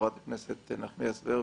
חברת הכנסת נחמיאס ורבין,